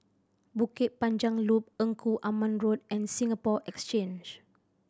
Bukit Panjang Loop Engku Aman Road and Singapore Exchange